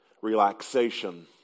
relaxation